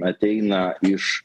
ateina iš